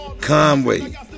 Conway